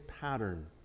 pattern